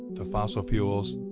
the fossil fuels,